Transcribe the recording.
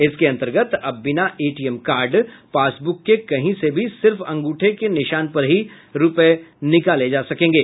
इसके अंतर्गत अब बिना एटीएम कार्ड पासबुक के कहीं से भी सिर्फ अंगूठे के निशान पर ही रूपये निकाले जा सकेंगे